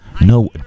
No